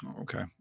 Okay